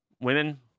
women